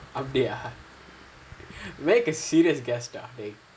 make a serious guest lah